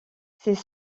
ses